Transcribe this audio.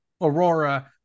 Aurora